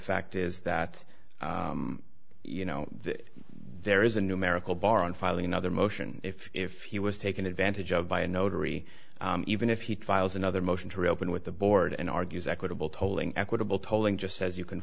fact is that you know that there is a numerical bar on filing another motion if if he was taken advantage of by a notary even if he files another motion to reopen with the board and argues equitable tolling equitable tolling just says you can